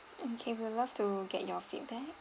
okay we would love to get your feedback